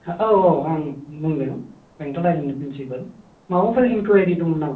औ औ आं बुंदों बेंटल हाइयार सेकेन्दारिनि प्रिन्सिपाल माबाफोर इनकुइरि दंमोन नामा